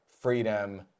freedom